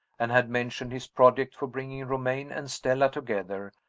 and had mentioned his project for bringing romayne and stella together,